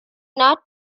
not